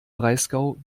breisgau